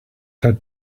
had